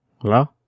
Hello